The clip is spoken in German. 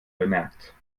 bemerkt